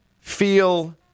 feel